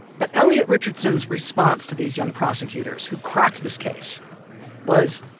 but elliot richardson's response to these young prosecutors who cracked this case was,